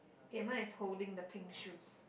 okay mine is holding the pink shoes